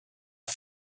had